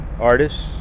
artists